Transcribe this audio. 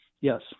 Yes